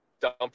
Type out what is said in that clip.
dump